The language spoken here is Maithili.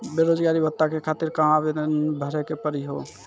बेरोजगारी भत्ता के खातिर कहां आवेदन भरे के पड़ी हो?